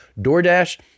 DoorDash